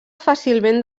fàcilment